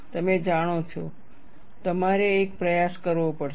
તમે જાણો છો તમારે એક પ્રયાસ કરવો પડશે